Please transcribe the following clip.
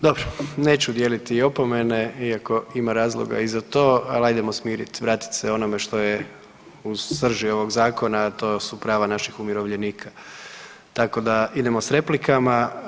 Dobro, neću dijeliti opomene, iako ima razloga i za to, ali ajdemo smiriti, vratiti se onome što je u srži ovog Zakona, a to su prava naših umirovljenika, tako da idemo s replikama.